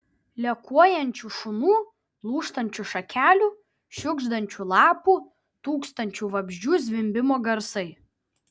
lekuojančių šunų lūžtančių šakelių šiugždančių lapų tūkstančių vabzdžių zvimbimo garsai